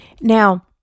Now